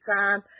time